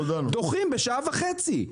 ודוחים אותו בשעה וחצי.